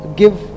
give